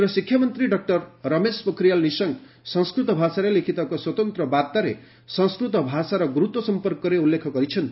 କେନ୍ଦ୍ର ଶିକ୍ଷାମନ୍ତ୍ରୀ ଡକ୍ଟର ରମେଶ ପୋଖରିଆଲ ନିଶଙ୍କ ସଂସ୍କୃତ ଭାଷାରେ ଲିଖିତ ଏକ ସ୍ୱତନ୍ତ୍ର ବାର୍ତ୍ତାରେ ସଂସ୍କୃତ ଭାଷାର ଗୁରୁତ୍ୱ ସମ୍ପର୍କରେ ଉଲ୍ଲେଖ କରିଛନ୍ତି